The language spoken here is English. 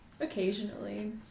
occasionally